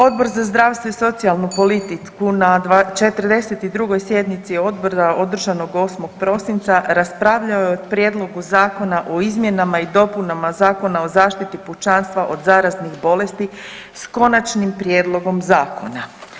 Odbor za zdravstvo i socijalnu politiku na 42. sjednici odbora održanog 8. prosinca raspravljao je o Prijedlogu zakona o izmjenama i dopunama Zakona o zaštiti pučanstva od zaraznih bolesti s konačnim prijedlogom zakona.